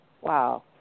wow